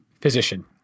physician